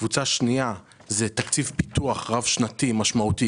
קבוצה שנייה זה תקציב פיתוח רב שנתי משמעותי,